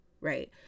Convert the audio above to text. right